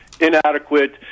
inadequate